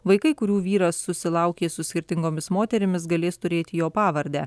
vaikai kurių vyras susilaukė su skirtingomis moterimis galės turėti jo pavardę